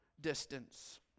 distance